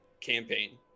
campaign